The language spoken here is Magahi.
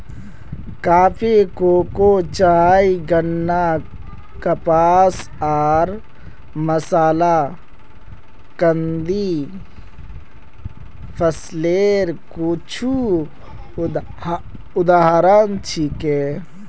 कॉफी, कोको, चाय, गन्ना, कपास आर मसाला नकदी फसलेर कुछू उदाहरण छिके